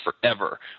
forever